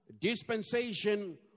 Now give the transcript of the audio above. dispensation